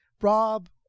Rob